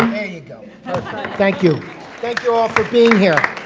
you go thank you thank you all for being here